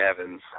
Evans